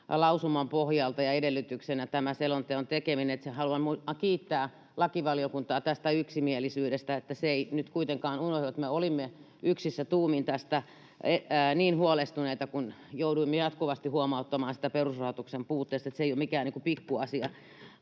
lausuman pohjalta ja edellytyksenä. Haluan kiittää lakivaliokuntaa tästä yksimielisyydestä — ettei se nyt kuitenkaan unohdu, että me olimme yksissä tuumin tästä niin huolestuneita, kun jouduimme jatkuvasti huomauttamaan siitä perusrahoituksen puutteesta, että se ei ole mikään pikkuasia.